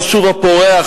היישוב הפורח,